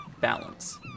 balance